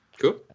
Cool